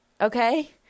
okay